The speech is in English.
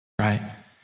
right